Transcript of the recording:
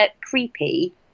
creepy